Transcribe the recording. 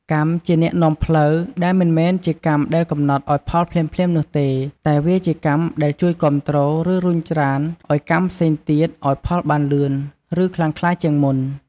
កម្មជាអ្នកនាំផ្លូវ ដែលមិនមែនជាកម្មដែលកំណត់ឲ្យផលភ្លាមៗនោះទេ តែវាជាកម្មដែលជួយគាំទ្រ ឬរុញច្រានឲ្យកម្មផ្សេងទៀត ឲ្យផលបានលឿន ឬខ្លាំងក្លាជាងមុន។